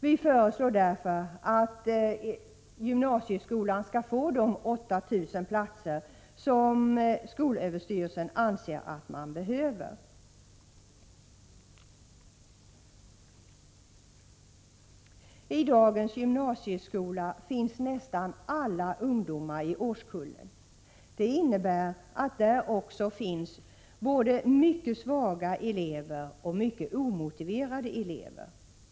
Vi föreslår därför att gymnasieskolan skall få de 8 000 platser som skolöverstyrelsen anser behövs. I dagens gymnasieskola går nästan alla ungdomar som finns i de närmast berörda årskullarna. Det innebär att det där bl.a. finns både mycket svaga elever och mycket omotiverade elever.